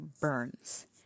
burns